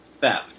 theft